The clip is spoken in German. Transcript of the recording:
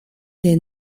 den